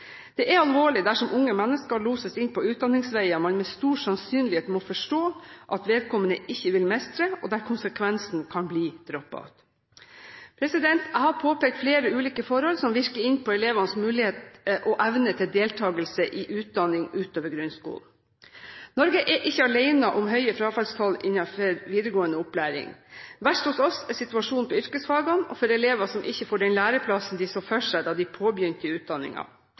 Det er alvorlig dersom unge mennesker loses inn på utdanningsveier man med stor sannsynlighet må forstå at vedkommende ikke vil mestre – og der konsekvensen kan bli drop-out. Jeg har påpekt flere ulike forhold som virker inn på elevers mulighet og evne til deltagelse i utdanning utover grunnskolen. Norge er ikke alene om høye frafallstall innenfor videregående opplæring. Verst hos oss er situasjonen på yrkesfagene og for elever som ikke får den læreplassen de så for seg da de påbegynte